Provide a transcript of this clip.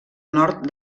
nord